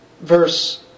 verse